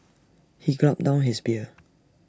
he gulped down his beer